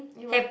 you must